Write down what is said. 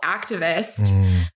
activist